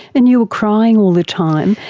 and you were crying all the time.